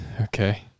Okay